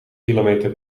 kilometer